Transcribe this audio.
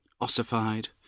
ossified